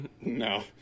No